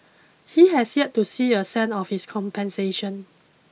he has yet to see a cent of this compensation